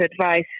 advice